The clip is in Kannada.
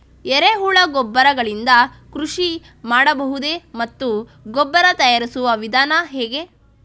ಎರೆಹುಳು ಗೊಬ್ಬರ ಗಳಿಂದ ಕೃಷಿ ಮಾಡಬಹುದೇ ಮತ್ತು ಗೊಬ್ಬರ ತಯಾರಿಸುವ ವಿಧಾನ ಹೇಗೆ?